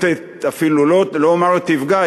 אפילו לא אומַר תפגע,